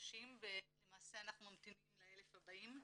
חדשים ואנחנו ממתינים ל-1,000 הבאים.